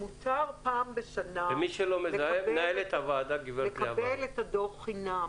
מותר פעם בשנה לקבל את הדוח בחינם,